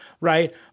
right